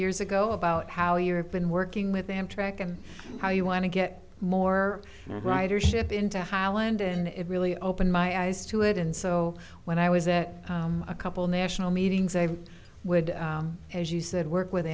years ago about how you have been working with amtrak and how you want to get more ridership into highland and it really opened my eyes to it and so when i was a couple national meetings i would as you said work with